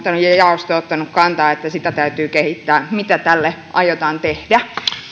ja ja jaosto ovat ottaneet kantaa että sitä täytyy kehittää mitä tälle aiotaan tehdä